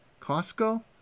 Costco